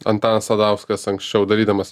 antanas sadauskas anksčiau darydamas